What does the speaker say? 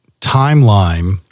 timeline